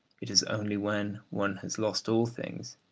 it is only when one has lost all things,